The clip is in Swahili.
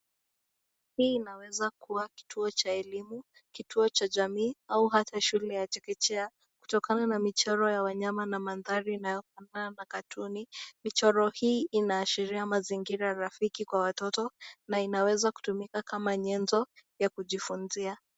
Hii inaweza kuwa kituo cha elimu, kituo cha jamii au ata shule ya chekechea kutokana na michoro ya wanyama na mandhari inayofanana na katuni . Michoro hii inaashiria mazingira rafiki kwa watoto na inaweza kutumika kama nyenzo ya kujifuzia.